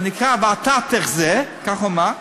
ונקרא "ואתה תחזה" כך הוא אמר,